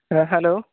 ᱦᱮᱸ ᱞᱮᱞᱳ